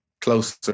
closer